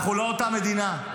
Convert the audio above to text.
אנחנו לא אותה מדינה.